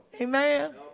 Amen